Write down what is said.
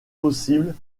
possible